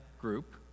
group